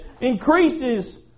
increases